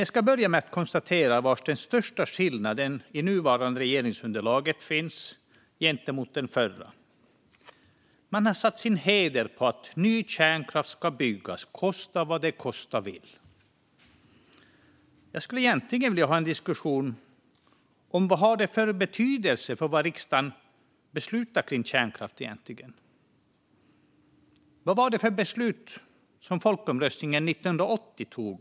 Jag ska börja med att konstatera var den största skillnaden i nuvarande regeringsunderlag finns gentemot det förra. Man har satt sin heder på att ny kärnkraft ska byggas, kosta vad det kosta vill. Jag skulle egentligen vilja ha en diskussion om vad det har för betydelse för vad riksdagen beslutar kring kärnkraft egentligen. Vad innebar folkomröstningen 1980 för beslut?